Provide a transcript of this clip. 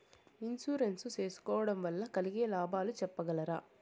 Insurance సేసుకోవడం వల్ల కలిగే లాభాలు సెప్పగలరా?